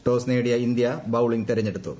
toss നേടിയ India bowling തെരഞ്ഞെടുത്തു